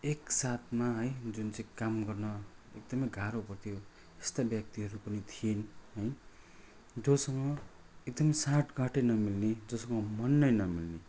एक साथमा है जुन चाहिँ काम गर्न एकदमै गाह्रो भएको थियो यस्ता व्यक्तिहरू पनि थिए है जोसँग एकदमै साँठगाँठै नमिल्ने जोसँग मन नै नमिल्ने